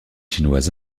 chinoise